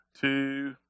two